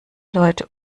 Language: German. leute